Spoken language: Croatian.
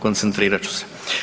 Koncentrirat ću se.